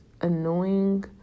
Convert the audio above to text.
annoying